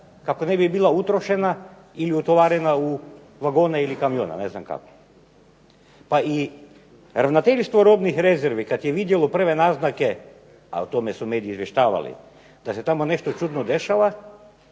kako ne bi bila utrošena ili utovarena u vagone ili kamione, ne znam kamo. Pa i ravnateljstvo robnih rezervi kad je vidljivo prve naznake, a o tome su mediji izvještavali, da se tamo nešto čudno dešava